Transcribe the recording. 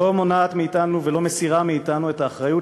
לא מונעות מאתנו ולא מסירות מאתנו את האחריות